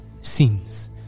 seems